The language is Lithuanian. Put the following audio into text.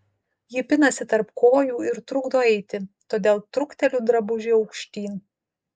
ji pinasi tarp kojų ir trukdo eiti todėl trukteliu drabužį aukštyn